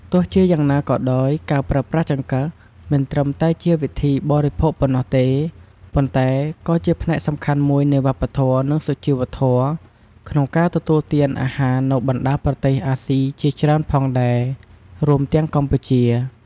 ទោះជាយ៉ាងណាក៏ដោយការប្រើប្រាស់ចង្កឹះ មិនត្រឹមតែជាវិធីបរិភោគប៉ុណ្ណោះទេ ប៉ុន្តែក៏ជាផ្នែកសំខាន់មួយនៃវប្បធម៌ និងសុជីវធម៌ក្នុងការទទួលទានអាហារនៅបណ្ដាប្រទេសអាស៊ីជាច្រើនផងដែរ រួមទាំងកម្ពុជា។